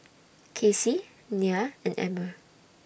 Kacy Nia and Emmer